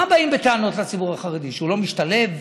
על מה באים בטענות לציבור החרדי, שהוא לא משתלב?